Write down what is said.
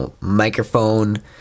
microphone